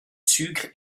sucre